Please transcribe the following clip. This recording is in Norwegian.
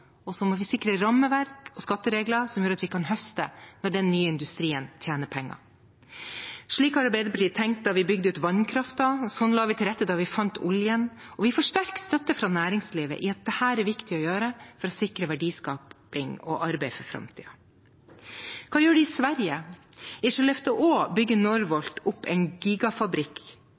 og så må vi sikre rammeverk og skatteregler som gjør at vi kan høste når den nye industrien tjener penger. Slik tenkte Arbeiderpartiet da vi bygde ut vannkraften, slik la vi til rette da vi fant oljen, og vi får sterk større fra næringslivet i at dette er det viktig å gjøre for å sikre verdiskaping og arbeid for framtiden. Hva gjør de i Sverige? I Skellefteå bygger Northvolt opp en gigafabrikk,